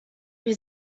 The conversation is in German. wir